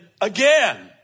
again